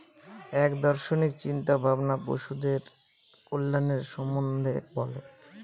এক দার্শনিক চিন্তা ভাবনা পশুদের কল্যাণের সম্বন্ধে বলে